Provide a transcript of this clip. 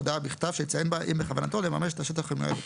הודעה בכתב שיציין בה אם בכוונתו לממש את השטח המיועד לפיתוח,